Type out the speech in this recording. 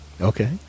Okay